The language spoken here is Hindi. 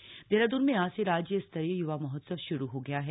युवा महोत्सव देहरादून में आज से राज्य स्तरीय य्वा महोत्सव श्रू हो गया है